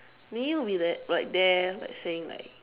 Mei-Yi will be like like there saying like